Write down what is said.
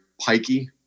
pikey